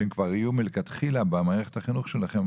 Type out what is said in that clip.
שהם כבר יהיו מלכתחילה במערכת החינוך שלכם